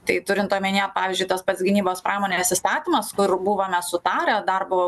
tai turint omenyje pavyzdžiui tas pats gynybos pramonės įstatymas kur buvome sutarę darbo